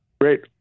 Great